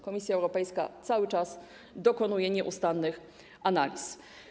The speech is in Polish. Komisja Europejska cały czas dokonuje nieustannych analiz.